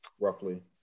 roughly